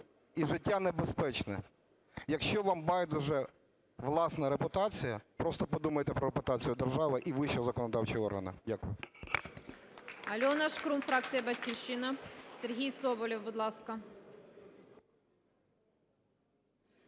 і життя небезпечне. Якщо вам байдужа власна репутація, просто подумайте про репутацію держави і вищого законодавчого органу. Дякую.